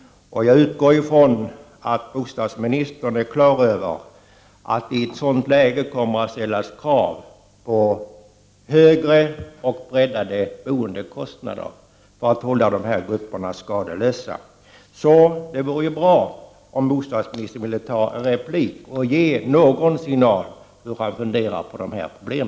Jag utgår från att bostadsministern är klar över att det i ett sådant läge kommer att ställas krav på högre boendesubventioner för att berörda grupper skall kunna hållas skadeslösa. Det vore därför bra om bostadsministern i en replik kunde ge någon signal om hur han funderar på dessa problem.